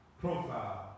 Profile